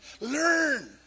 Learn